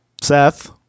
Seth